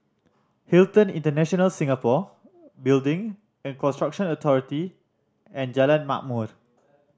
Hilton International Singapore Building and Construction Authority and Jalan Ma'mor